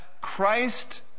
Christ